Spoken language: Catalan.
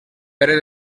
pere